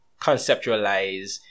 conceptualize